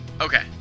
Okay